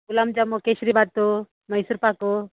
ಗುಲಾಬ್ jamun kesari bath Mysore pak